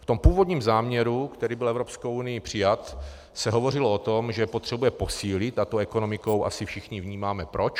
V tom původním záměru, který byl Evropskou unií přijat, se hovořilo o tom, že potřebuje posílit, a to ekonomikou, asi všichni vnímáme proč.